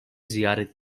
ziyaret